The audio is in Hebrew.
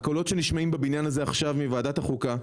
הקולות שנשמעים עכשיו בבניין הזה מוועדת החוקה,